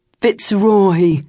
Fitzroy